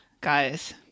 guys